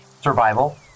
survival